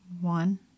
One